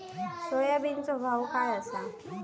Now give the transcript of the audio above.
सोयाबीनचो भाव काय आसा?